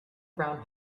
brown